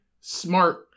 smart